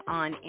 on